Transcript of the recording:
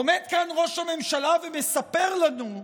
עומד כאן ראש הממשלה ומספר לנו,